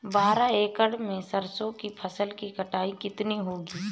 बारह एकड़ में सरसों की फसल की कटाई कितनी होगी?